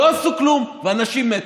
לא עשו כלום ואנשים מתו.